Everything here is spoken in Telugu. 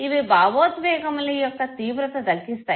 ఇవి భావోద్వేగముల యొక్క తీవ్రత తగ్గిస్తాయి